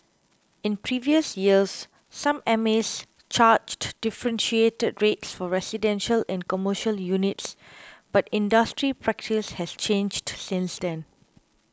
in previous years some M As charged differentiated rates for residential and commercial units but industry practice has changed since then